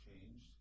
changed